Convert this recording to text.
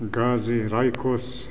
गाज्रि रायख'स